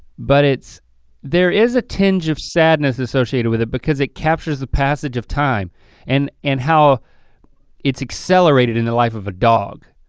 but there is a tinge of sadness associated with it because it captures the passage of time and and how it's accelerated in the life of a dog.